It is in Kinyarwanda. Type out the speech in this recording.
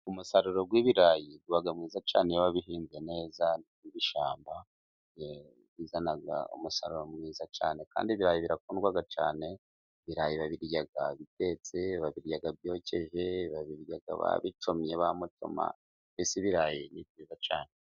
Umusaruro w'ibirayi uba mwiza cyane iyo wabihinze mbwe neza mu ishyamba, bizana umusaruro mwiza cyane, kandi ibirayi birakundwa cyane. Ibirayi babirya bitetse, babirya byokeje, babirya babicomye ba mucoma, mbese ibirayi ni byiza cyane.